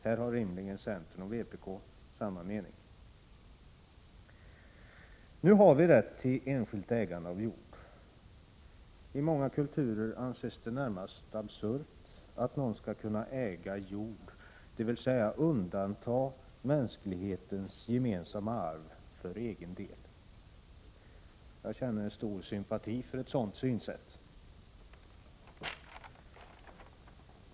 Här har rimligen centern och vpk samma mening. Nu har man rätt till enskilt ägande av jord. I många kulturer anses det närmast absurt att någon skall kunna äga jord, dvs. undanta mänsklighetens gemensamma arv för egen del. Jag känner stor sympati för ett sådant synsätt.